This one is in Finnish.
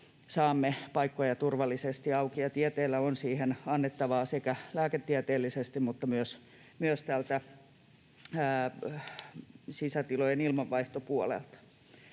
saamme paikkoja turvallisesti auki, ja tieteellä on siihen annettavaa sekä lääketieteellisesti että myös sisätilojen ilmanvaihtopuolella.